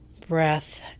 Breath